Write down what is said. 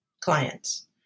clients